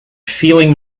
feeling